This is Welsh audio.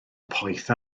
poeth